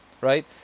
right